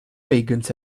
pagans